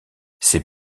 ses